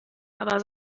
aber